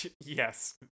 yes